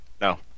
No